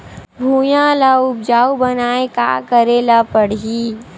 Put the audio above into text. भुइयां ल उपजाऊ बनाये का करे ल पड़ही?